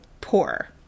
poor